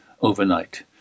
overnight